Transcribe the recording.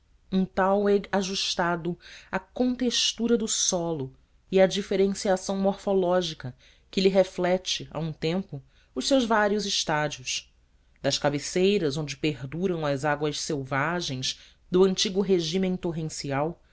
um thalweg ajustado à contextura do solo e à diferenciação morfológica que lhe reflete a um tempo os seus vários estádios das cabeceiras onde perduram as águas selvagens do antigo regime torrencial